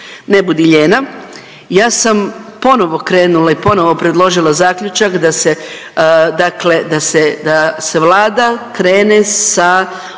ne budi lijena ja sam ponovo krenula i ponovo predložila zaključak da se, dakle da